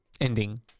ending